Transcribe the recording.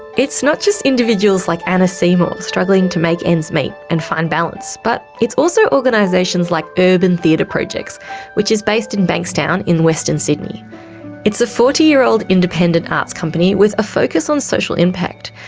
it's not just individuals like anna seymour struggling to make ends meet and find balance but it's also organisations like urban theatre projects which is based in bankstown in western sydneyit's a forty year old independent arts company with a focus on social impact,